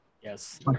Yes